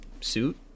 suit